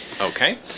Okay